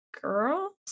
girls